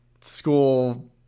school